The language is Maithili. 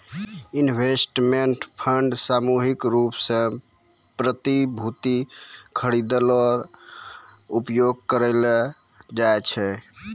इन्वेस्टमेंट फंड सामूहिक रूप सें प्रतिभूति खरिदै ल उपयोग करलो जाय छै